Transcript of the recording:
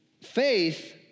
faith